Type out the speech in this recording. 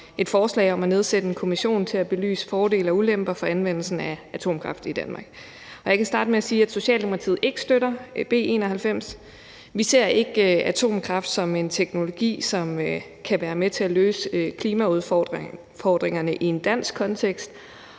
et forslag om at nedsætte en kommission til at belyse fordele og ulemper ved anvendelse af atomkraft i Danmark, og jeg kan starte med at sige, at Socialdemokratiet ikke støtter B 91. Vi ser ikke atomkraft som en teknologi, som kan være med til at løse klimaudfordringerne i en dansk kontekst